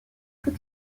plus